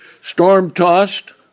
Storm-tossed